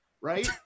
right